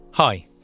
Hi